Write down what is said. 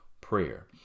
prayer